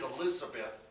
Elizabeth